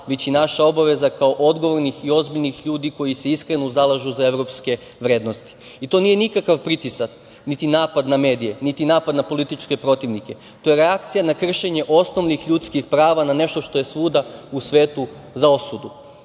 već i naša obaveza, kao odgovornih i ozbiljnih ljudi koji se iskreno zalažu za evropske vrednosti. To nije nikakav pritisak, niti napad na medije, niti napad na političke protivnike. To je reakcija na kršenje osnovnih ljudskih prava na nešto što je svuda u svetu za osudu.